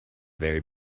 very